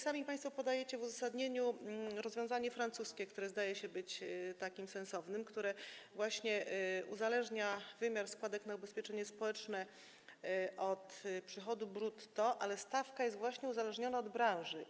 Sami państwo podajecie w uzasadnieniu rozwiązanie francuskie, które zdaje się być takim sensownym, które uzależnia wymiar składek na ubezpieczenie społeczne od przychodu brutto, ale stawka jest właśnie uzależniona od branży.